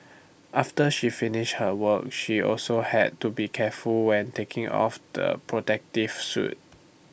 after she finished her work she also had to be careful when taking off the protective suit